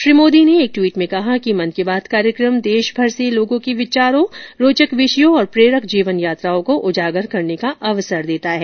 श्री मोदी ने एक ट्वीट में कहा कि मन की बात कार्यक्रम देशभर से लोगों के विचारों रोचक विषयों और प्रेरक जीवन यात्राओं को उजागर करने का अवसर देता है